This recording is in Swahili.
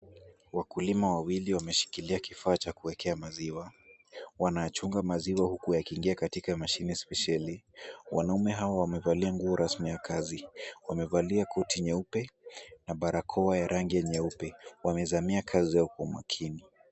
Wakulima wawili wameshikilia kifaa cha kuwekea maziwa. Wanachunga maziwa huku yakiingia katika mashine spesheli. Wanaume hawa wamevalia nguo rasmi ya kazi. Wamevalia koti nyeupe na barakoa ya rangi ya nyeupe. Wamezamia kazi yao kwa umakini.